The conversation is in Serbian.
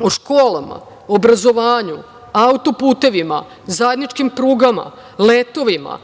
o školama, obrazovanju, auto-putevima, zajedničkim prugama, letovima,